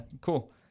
Cool